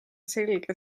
selge